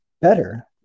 better